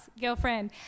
girlfriend